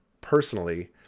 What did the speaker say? personally